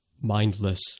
mindless